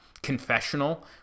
Confessional